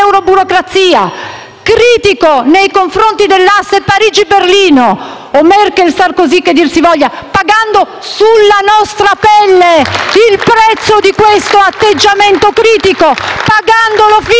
critico nei confronti dell'asse Parigi-Berlino, o Merkel-Sarkozy che dir si voglia, pagando sulla propria pelle il prezzo di questo atteggiamento critico. *(Applausi